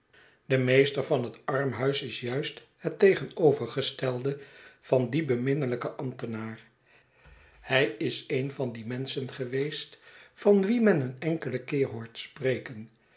de meester van het armhuis is juist het tegenovergestelde van dien beminrielijken ambtenaar hij is een van die menschen geweest van wie men een enkelen keer hoort spreken